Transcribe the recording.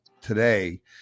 today